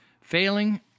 failing